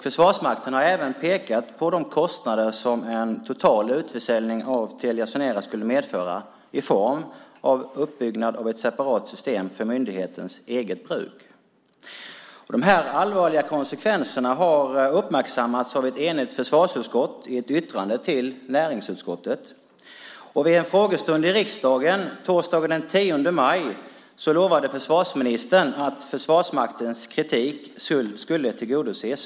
Försvarsmakten har även pekat på de kostnader som en total utförsäljning av Telia Sonera skulle medföra i form av uppbyggnad av ett separat system för myndighetens eget bruk. De här allvarliga konsekvenserna har uppmärksammats av ett enigt försvarsutskott i ett yttrande till näringsutskottet. Vid en frågestund i riksdagen, torsdagen den 10 maj, lovade försvarsministern att det som Försvarsmakten tog upp i sin kritik skulle tillgodoses.